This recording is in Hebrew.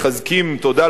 תודה לכם על כך,